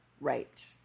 Right